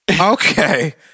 okay